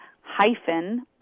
hyphen